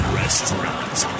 restaurants